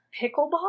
pickleball